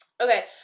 Okay